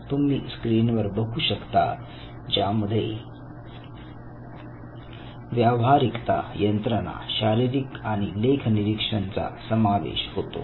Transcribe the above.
तुम्ही स्क्रीन वर बघू शकता ज्यामध्ये व्यावहारिकता यंत्रणा शारीरिक आणि लेख निरीक्षण चा समावेश होतो